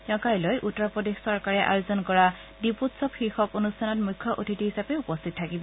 তেওঁ কাইলৈ উত্তৰ প্ৰদেশ চৰকাৰে আয়োজন কৰা দিপোৎসৱ শীৰ্ষক অনুষ্ঠানত মুখ্য অতিথি হিচাপে উপস্থিত থাকিব